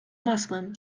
masłem